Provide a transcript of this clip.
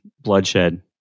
bloodshed